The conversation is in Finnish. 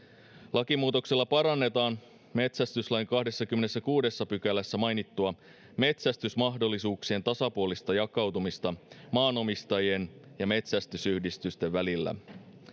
lakimuutoksella parannetaan metsästyslain kahdennessakymmenennessäkuudennessa pykälässä mainittua metsästysmahdollisuuksien tasapuolista jakautumista maanomistajien ja metsästysyhdistysten välillä